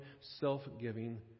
self-giving